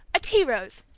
a tea rose!